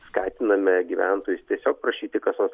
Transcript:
skatiname gyventojus tiesiog prašyti kasos